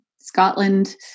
Scotland